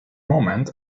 moment